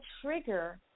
trigger